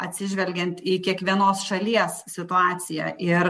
atsižvelgiant į kiekvienos šalies situaciją ir